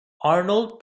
arnold